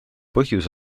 põhjus